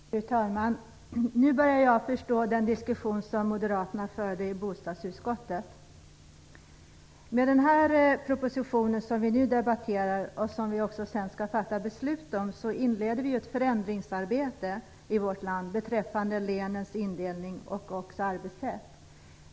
Fru talman! Nu börjar jag förstå den diskussion som moderaterna förde i bostadsutskottet. Med den här propositionen, som vi nu debatterar och som vi senare skall fatta beslut om, inleder vi ett förändringsarbete i vårt land beträffande länens indelning och arbetssätt.